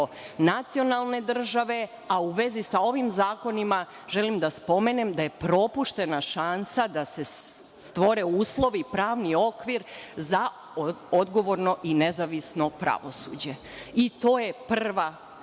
nacionalne države, a u vezi sa ovim zakonima želim da spomenem da je propuštena šansa da se stvore uslovi, pravni okvir za odgovorno i nezavisno pravosuđe. To je prva